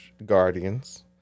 Guardians